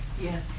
Yes